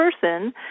person